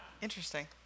Interesting